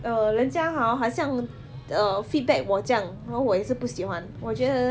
err 人家 hor 好像 err feedback 我酱然后我也是不喜欢我觉得